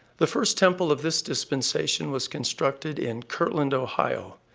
the first temple of this dispensation was constructed in kirtland, ohio,